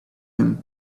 him